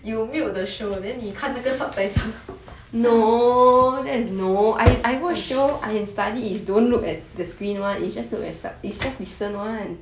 you mute the show then you 看那个 subtitle